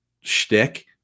shtick